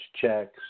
checks